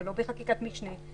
ולא בחקיקת משנה.